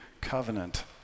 covenant